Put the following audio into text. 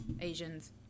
Asians